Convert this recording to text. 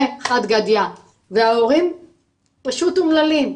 וחג גדיא וההורים פשוט אומללים.